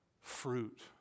fruit